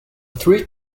three